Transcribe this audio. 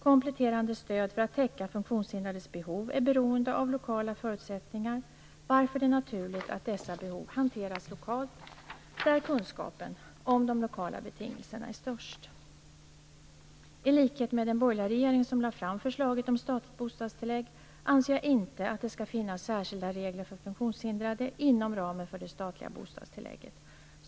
Kompletterande stöd för att täcka den funktionshindrades behov är beroende av lokala förutsättningar varför det är naturligt att dessa behov hanteras lokalt där kunskapen om de lokala betingelserna är störst. I likhet med den borgerliga regeringen som lade fram förslaget om statligt bostadstillägg anser jag inte att det skall finnas särskilda regler för funktionshindrade inom ramen för det statliga bostadstillägget.